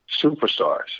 superstars